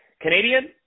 Canadian